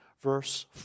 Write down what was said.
Verse